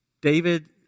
David